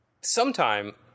Sometime